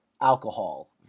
alcohol